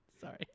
Sorry